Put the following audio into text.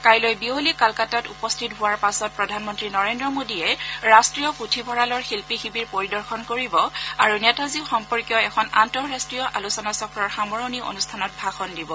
কাইলৈ বিয়লি কলকাতাত উপস্থিত হোৱাৰ পাছত প্ৰধানমন্তী নৰেন্দ্ৰ মোদীয়ে ৰাষ্টীয় পুথিভঁৰালৰ শিল্পী শিবিৰ পৰিদৰ্শন কৰিব আৰু নেতাজী সম্পৰ্কীয় এখন আন্তঃৰাষ্ট্ৰীয় আলোচনাচক্ৰৰ সামৰণী অনুষ্ঠানত ভাষণ দিব